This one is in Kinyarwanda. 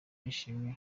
y’ishimwe